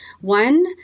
One